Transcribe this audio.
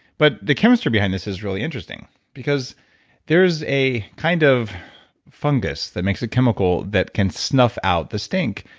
but, the chemistry behind this is really interesting because there's a kind of fungus that makes a chemical that can snuff out the stink.